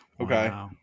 Okay